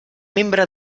membre